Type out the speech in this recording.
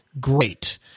great